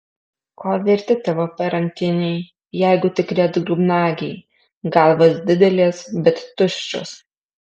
ko verti tavo parankiniai jeigu tikri atgrubnagiai galvos didelės bet tuščios